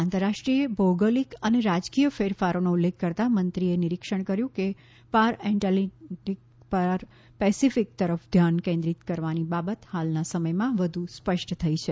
આંતરરાષ્ટ્રીય ભૌગોલિક અને રાજકીય ફેરફારોનો ઉલ્લેખ કરતાં મંત્રીએ નિરીક્ષણ કર્યું કે પાર એટલાન્ટિકથી પાર પેસિફિક તરફ ધ્યાન કેન્દ્રિત કરવાની બાબત હાલના સમયમાં વધુ સ્પષ્ટ થઈ છે